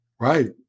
right